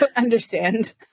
understand